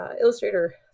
illustrator